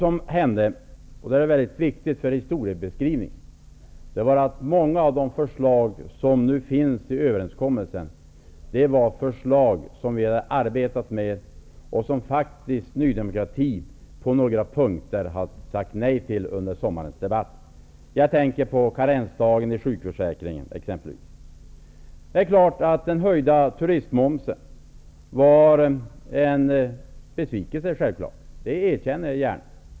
För historieskrivningen är det viktigt att klargöra att många av de förslag som nu finns i överenskommelsen var förslag som vi hade arbetat med och som Ny demokrati faktiskt på några punkter sagt nej till under sommarens debatt. Jag tänker t.ex. på karensdagen i sjukförsäkringen. Den höjda turistmomsen var naturligtvis en besvikelse; det erkänner jag gärna.